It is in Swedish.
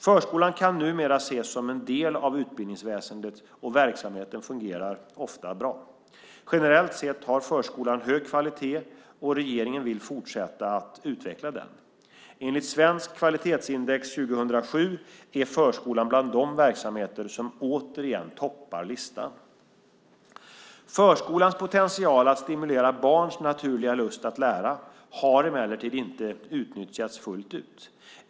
Förskolan kan numera ses som en del av utbildningsväsendet, och verksamheten fungerar ofta bra. Generellt sett har förskolan hög kvalitet och regeringen vill fortsätta att utveckla den. Enligt Svenskt kvalitetsindex 2007 är förskolan bland de verksamheter som återigen toppar listan. Förskolans potential att stimulera barns naturliga lust att lära har emellertid inte utnyttjats fullt ut.